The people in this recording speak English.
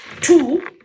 Two